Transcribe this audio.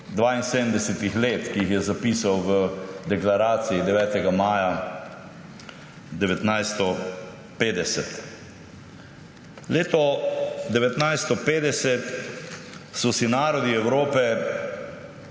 72 let, ki jih je zapisal v deklaraciji 9. maja 1950. Leta 1950 so si narodi Evrope